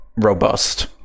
robust